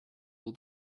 all